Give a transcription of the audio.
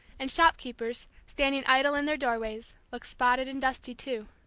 and shopkeepers, standing idle in their doorways, looked spotted and dusty too.